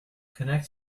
connect